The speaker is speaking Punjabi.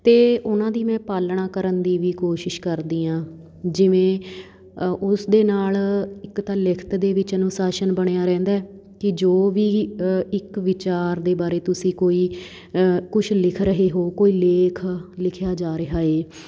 ਅਤੇ ਉਹਨਾਂ ਦੀ ਮੈਂ ਪਾਲਣਾ ਕਰਨ ਦੀ ਵੀ ਕੋਸ਼ਿਸ਼ ਕਰਦੀ ਹਾਂ ਜਿਵੇਂ ਉਸ ਦੇ ਨਾਲ ਇੱਕ ਤਾਂ ਲਿਖਤ ਦੇ ਵਿੱਚ ਅਨੁਸ਼ਾਸਨ ਬਣਿਆ ਰਹਿੰਦਾ ਕਿ ਜੋ ਵੀ ਇੱਕ ਵਿਚਾਰ ਦੇ ਬਾਰੇ ਤੁਸੀਂ ਕੋਈ ਕੁਛ ਲਿਖ ਰਹੇ ਹੋ ਕੋਈ ਲੇਖ ਲਿਖਿਆ ਜਾ ਰਿਹਾ ਹੈ